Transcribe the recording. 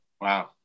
Wow